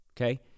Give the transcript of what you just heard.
okay